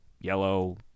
yellow